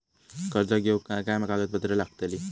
कर्ज घेऊक काय काय कागदपत्र लागतली?